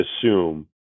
assume